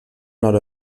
nord